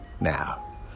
now